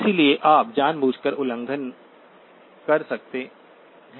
इसलिए आप जानबूझकर उल्लंघन कर सकते हैं